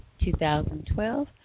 2012